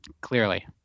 Clearly